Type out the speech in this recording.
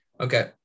Okay